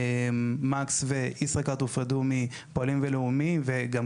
מקס וישראכרט הופרדו מפועלים ולאומי וגם